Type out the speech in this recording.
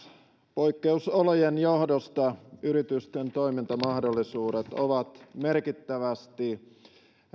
poikkeusolojen johdosta yritysten toimintamahdollisuudet ovat merkittävästi